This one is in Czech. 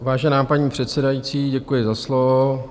Vážená paní předsedající, děkuji za slovo.